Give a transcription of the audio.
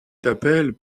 t’appelles